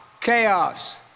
chaos